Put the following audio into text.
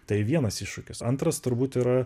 tai vienas iššūkis antras turbūt yra